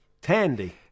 Tandy